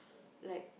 like